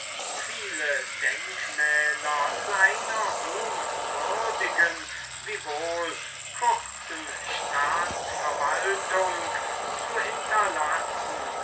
viele denkmäler seiner ruhmwürdigen administration zu hinterlassen